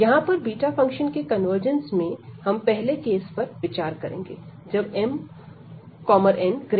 यहां पर beta function के कन्वर्जंस में हम पहले केस पर विचार करेंगे जब mn≥1